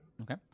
okay